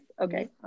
Okay